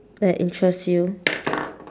that interest you